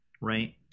right